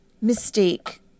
mistake